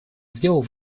сделал